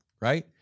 right